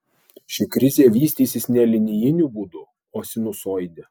ši krizė vystysis ne linijiniu būdu o sinusoide